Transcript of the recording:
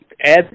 add